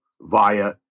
via